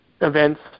events